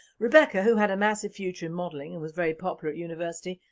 rebecca, who had a massive future in modeling and was very popular at university,